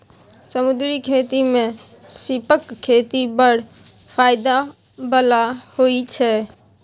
समुद्री खेती मे सीपक खेती बड़ फाएदा बला होइ छै